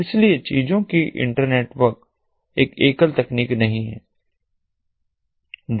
इसलिए चीजों की इंटरनेटवर्क एक एकल तकनीक नहीं है